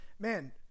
Man